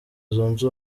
zunze